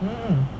mm